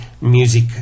music